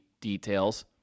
details